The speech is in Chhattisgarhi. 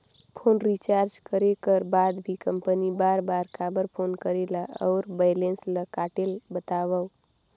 फोन रिचार्ज करे कर बाद भी कंपनी बार बार काबर फोन करेला और बैलेंस ल काटेल बतावव?